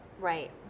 Right